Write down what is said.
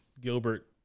Gilbert